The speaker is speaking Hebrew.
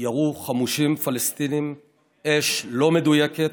ירו חמושים פלסטינים אש לא מדויקת,